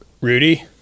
Rudy